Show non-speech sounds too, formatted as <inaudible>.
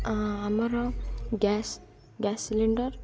<unintelligible> ଆମର gas gas cylinder